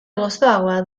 gozoagoa